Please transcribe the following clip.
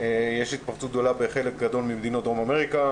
יש התפרצות גדולה בחלק גדול ממדינות דרום אמריקה,